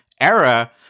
era